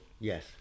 Yes